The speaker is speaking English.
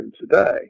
today